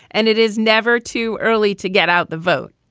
and it is never too early to get out the vote.